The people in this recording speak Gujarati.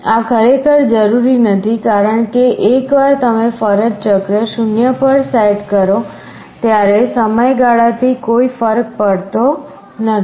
આ ખરેખર જરૂરી નથી કારણ કે એકવાર તમે ફરજ ચક્ર 0 પર સેટ કરો ત્યારે સમયગાળા થી કોઈ ફર્ક પડતો નથી